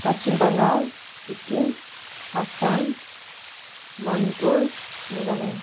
Paschim Bangal Sikkim Assam Manipur Meghalaya